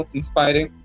Inspiring